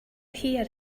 here